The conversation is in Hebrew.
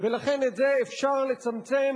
ולכן את זה אפשר לצמצם,